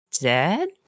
dead